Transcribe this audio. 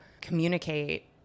communicate